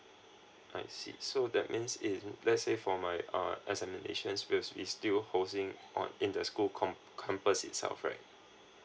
I see so that means if let's say for my uh examinations will it still hosing on in the school com~ compass itself right